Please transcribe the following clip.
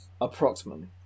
approximately